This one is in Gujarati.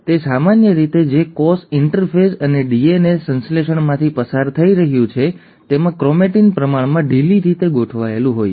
હવે સામાન્ય રીતે જે કોષ ઇન્ટરફેઝ અને ડીએનએ સંશ્લેષણમાંથી પસાર થઈ રહ્યું છે તેમાં ક્રોમેટિન પ્રમાણમાં ઢીલી રીતે ગોઠવાયેલું હોય છે